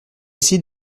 essayer